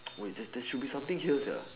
wait that should be something here